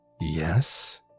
Yes